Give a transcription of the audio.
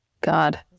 God